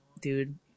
dude